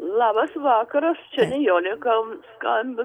labas vakaras čia nijolė gal skambi